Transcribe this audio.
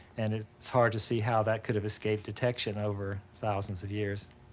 and it is hard to see how that could have escaped detection over thousands of years.